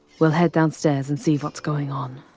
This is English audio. we'll head downstairs and see what's going on.